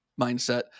mindset